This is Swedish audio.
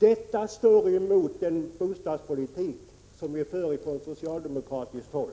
Detta står emot den bostadspolitik som vi för från socialdemokratiskt håll,